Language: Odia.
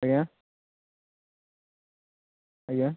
ଆଜ୍ଞା ଆଜ୍ଞା